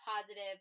positive